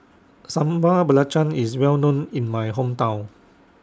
Sambal Belacan IS Well known in My Hometown